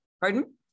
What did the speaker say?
Pardon